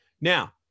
Now